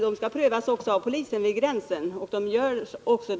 De skall även prövas av polisen vid gränsen — och så görs också.